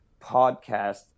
podcast